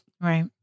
right